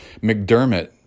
McDermott